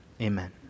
amen